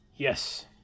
yes